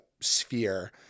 sphere